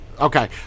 okay